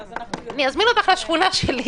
אזמין אותך לשכונה שלי.